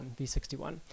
V61